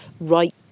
right